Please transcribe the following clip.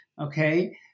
Okay